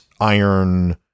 iron